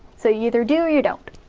so you either do, or you don't.